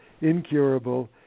incurable